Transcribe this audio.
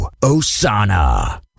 Osana